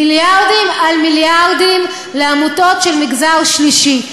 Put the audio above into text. מיליארדים על מיליארדים לעמותות של מגזר שלישי.